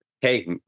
Hey